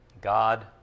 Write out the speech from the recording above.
God